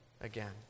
again